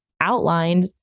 outlined